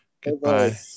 Goodbye